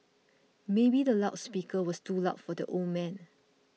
maybe the loud speaker was too loud for the old man